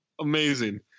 Amazing